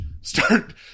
start